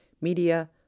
media